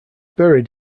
buried